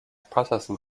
processing